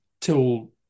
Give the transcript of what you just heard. till